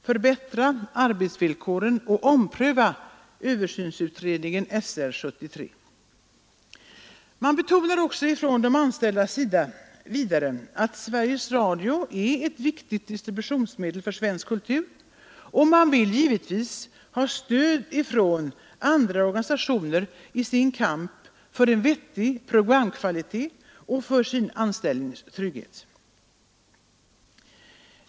Förbättra arbetsvillkoren och ompröva ÖU/SR 75. Man betonar också från de anställdas sida att Sveriges Radio är ett viktigt distributionsmedel för svensk kultur, och man vill givetvis ha stöd från andra organisationer i sin kamp för en vettig programkvalitet och för sin anställningstrygghet.